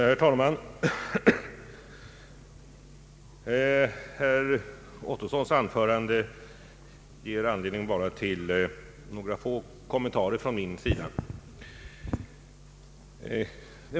Herr talman! Herr Ottossons anförande ger anledning endast till några få kommentarer från min sida.